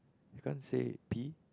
we can't say P